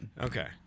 Okay